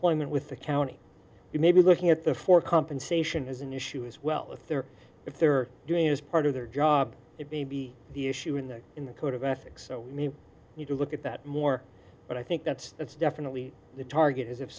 employment with the county you may be looking at the for compensation is an issue as well if they're if they're doing as part of their job it may be the issue in the in the code of ethics so you need to look at that more but i think that's that's definitely the target is if